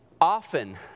often